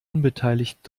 unbeteiligt